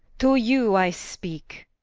to you i speake